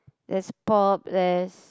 there's pop there's